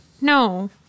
No